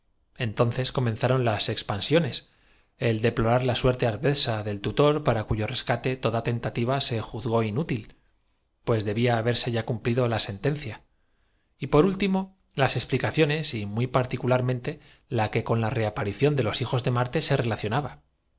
entonces comenzaron las expansiones el deplorar la suerte adversa del tutor para cuyo rescate toda tentativa se juzgó inútil pues debía haberse ya cumplido la sentencia y por último ó í las explicaciones y muy particularmente la que con la pació el susto fué de padre y muy señor mío porque sin pensaren reaparición de los hijos de marte se relacionaba